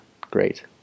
Great